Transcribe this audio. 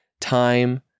time